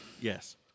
Yes